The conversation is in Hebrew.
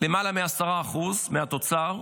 למעלה מ-10% מהתוצר.